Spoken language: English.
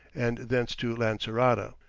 and thence to lancerota.